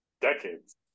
decades